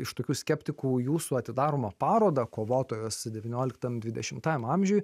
iš tokių skeptikų į jūsų atidaromą parodą kovotojos devynioliktam dvidešimtajam amžiuj